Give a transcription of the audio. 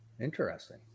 Interesting